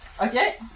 Okay